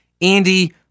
Andy